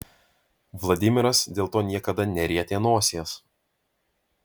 vladimiras dėl to niekada nerietė nosies